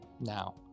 Now